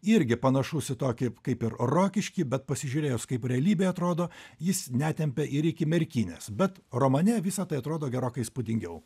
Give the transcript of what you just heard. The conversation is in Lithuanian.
irgi panašus į tokį kaip ir rokiškį bet pasižiūrėjus kaip realybėj atrodo jis netempia ir iki merkinės bet romane visa tai atrodo gerokai įspūdingiau